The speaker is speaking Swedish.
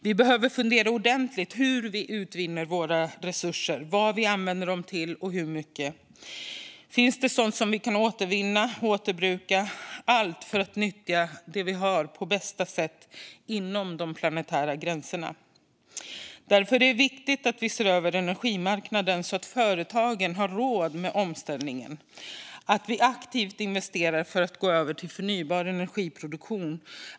Vi behöver fundera ordentligt på hur vi utvinner våra resurser, vad vi använder dem till och hur mycket. Finns det sådant vi kan återvinna eller återbruka? Allt det ska ske för att vi ska nyttja det vi har på bästa sätt inom de planetära gränserna. Därför är det viktigt att vi ser över energimarknaden så att företagen har råd med omställningen. Vi ska aktivt investera för att gå över till förnybar energiproduktion.